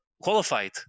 qualified